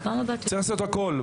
צריך לעשות הכול.